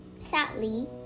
sadly